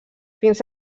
fins